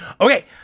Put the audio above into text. okay